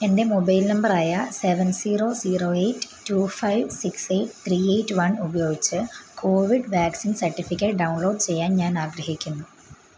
എന്റെ mobile number ആയ seven zero zero eight two five six eight three eight one ഉപയോഗിച്ച് covid vaccine certificate download ചെയ്യാൻ ഞാൻ ആഗ്രഹിക്കുന്നു